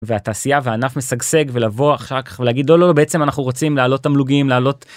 והתעשייה והענף משגשג ולבוא אחר כך להגיד: לא לא בעצם אנחנו רוצים להעלות תמלוגים, להעלות...